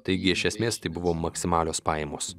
taigi iš esmės tai buvo maksimalios pajamos